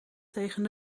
tegen